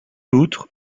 outre